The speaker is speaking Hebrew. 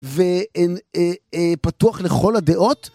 ופתוח לכל הדעות.